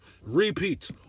repeat